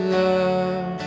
love